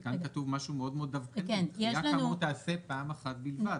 כי כאן כתוב משהו מאוד מאוד דווקני: "דחיה כאמור תיעשה פעם אחת בלבד",